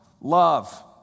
love